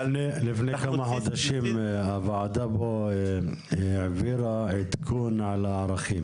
אבל --- לפני כמה חודשים הוועדה פה העבירה עדכון על הערכים